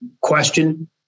question